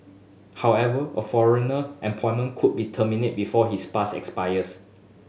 however a foreigner employment could be terminated before his pass expires